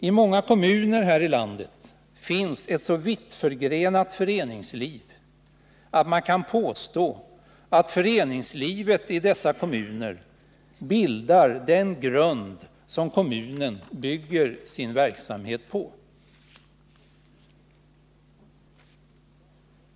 I många kommuner i vårt land finns ett så vitt förgrenat föreningsliv, att man kan påstå att föreningslivet i dessa kommuner bildar den grund som kommunen bygger sin verksamhet på.